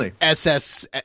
ss